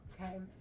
Okay